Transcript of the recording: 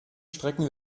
strecken